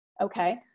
Okay